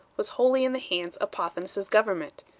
was wholly in the hands of pothinus's government?